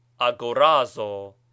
Agorazo